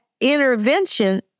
intervention